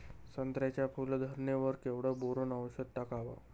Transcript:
संत्र्याच्या फूल धरणे वर केवढं बोरोंन औषध टाकावं?